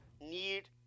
need